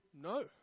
no